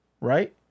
Right